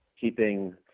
keeping